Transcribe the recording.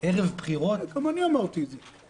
ערב בחירות --- גם אני אמרתי את זה.